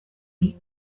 beat